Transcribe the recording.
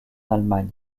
allemagne